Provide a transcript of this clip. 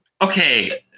Okay